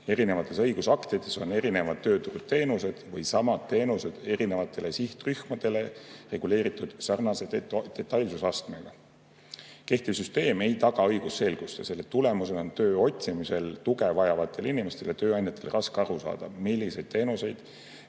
Erinevates õigusaktides on erinevad tööturuteenused või samad teenused erinevatele sihtrühmadele reguleeritud sarnase detailsusastmega. Kehtiv süsteem ei taga õigusselgust ja selle tulemusena on töö otsimisel tuge vajavatel inimestel ja tööandjatel raske aru saada, milliseid teenuseid